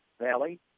Valley